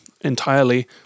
entirely